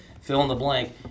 fill-in-the-blank